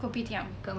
kopitiam